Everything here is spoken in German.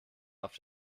auf